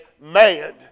man